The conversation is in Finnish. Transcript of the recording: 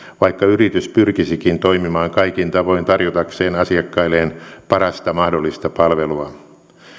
vaikka yritys pyrkisikin toimimaan kaikin tavoin tarjotakseen asiakkailleen parasta mahdollista palvelua